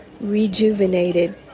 rejuvenated